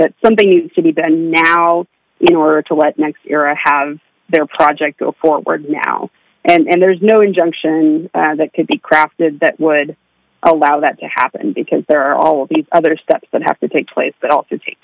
that something needs to be banned now in order to let next year i have their project go forward now and there's no injunction that could be crafted that would allow that to happen because there are all these other steps that have to take place that ought to take